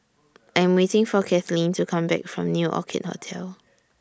I Am waiting For Kathlyn to Come Back from New Orchid Hotel